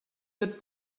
good